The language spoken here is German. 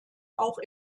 auch